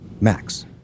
max